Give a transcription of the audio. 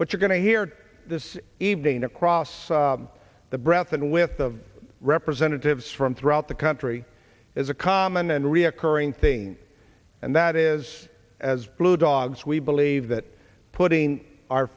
what you're going to hear this evening across the breath and with the representatives from throughout the country is a common and reoccurring thing and that is as blue dogs we believe that putting our